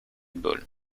ball